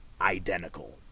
identical